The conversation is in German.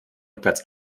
rückwärts